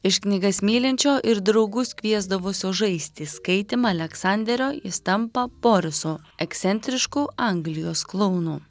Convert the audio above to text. iš knygas mylinčio ir draugus kviesdavusio žaisti skaitymą aleksanderio jis tampa borisu ekscentrišku anglijos klounu